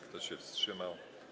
Kto się wstrzymał?